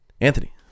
Anthony